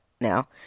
now